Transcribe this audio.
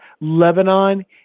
Lebanon